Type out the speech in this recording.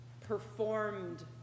performed